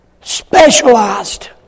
specialized